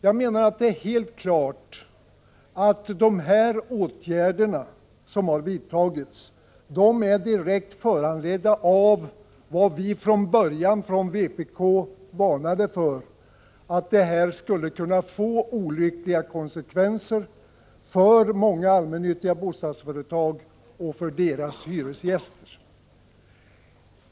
Jag menar att det är helt klart att dessa vidtagna åtgärder är direkt föranledda av vad vi från början från vpk varnade för — att förslaget skulle kunna få olyckliga konsekvenser för många allmännyttiga bostadsföretag och för deras hyresgäster.